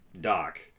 Doc